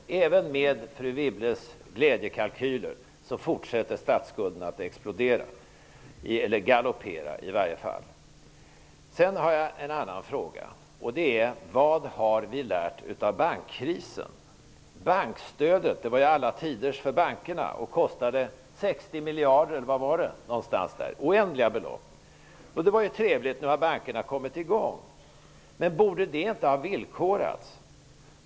Trots Anne Wibbles glädjekalkyler fortsätter statsskulden att explodera, eller i varje fall att galoppera. Sedan har jag en annan fråga: Vad har vi lärt av bankkrisen? Bankstödet var ju alla tiders för bankerna och kostade runt 60 miljarder -- oändliga belopp. Det var trevligt, och nu har bankerna kommit i gång. Borde inte detta stöd ha villkorats?